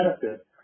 benefit